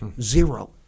Zero